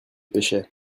pêchait